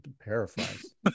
paraphrase